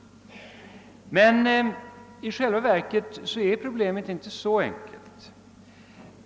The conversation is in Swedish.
I själva verket är problemet emellertid inte så enkelt.